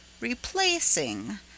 replacing